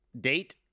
date